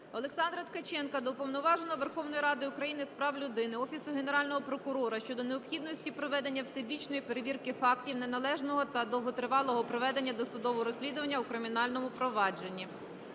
Олександра Ткаченка до Уповноваженого Верховної Ради України з прав людини, Офісу Генерального прокурора щодо необхідності проведення всебічної перевірки фактів неналежного та довготривалого проведення досудового розслідування у кримінальному провадженні.